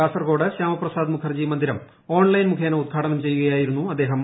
കാസർകോട് ശ്യാമപ്രസാദ് മുഖർജി മന്ദിരം ഓൺലൈൻ മുഖേന ഉദ്ഘാടനം ചെയ്യുകയായിരുന്നു അദ്ദേഹം